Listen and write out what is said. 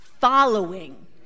following